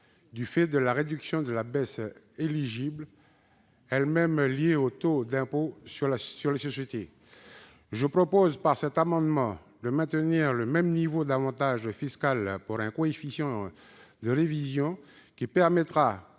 du fait de la réduction de la base éligible, elle-même liée au taux d'impôt sur les sociétés. Je propose par cet amendement de maintenir au même niveau l'avantage fiscal par un coefficient de révision, ce qui permettra